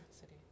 city